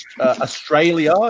Australia